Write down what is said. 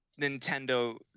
Nintendo